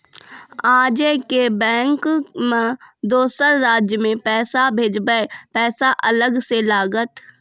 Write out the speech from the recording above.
आजे के बैंक मे दोसर राज्य मे पैसा भेजबऽ पैसा अलग से लागत?